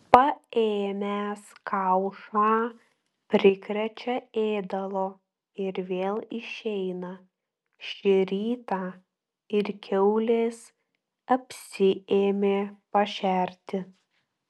paėmęs kaušą prikrečia ėdalo ir vėl išeina šį rytą ir kiaules apsiėmė pašerti